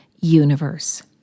universe